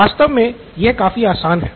वास्तव में यह काफी आसान है